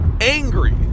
angry